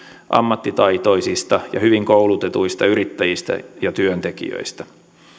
ammattitaitoisista ja hyvin koulutetuista yrittäjistä ja työntekijöistä